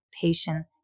patient